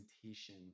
presentation